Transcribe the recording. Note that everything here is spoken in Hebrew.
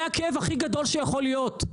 זה הכאב הכי גדול שיכול להיות.